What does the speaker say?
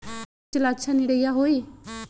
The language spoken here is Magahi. मिर्च ला अच्छा निरैया होई?